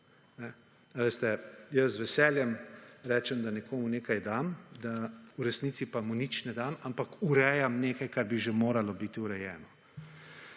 z veseljem rečem, da nekomu nekaj dam, v resnici pa mu nič ne dam, ampak urejam nekaj, kar bi že moralo biti urejeno.